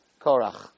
Korach